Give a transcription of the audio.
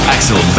Axel